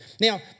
Now